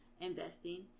investing